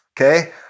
okay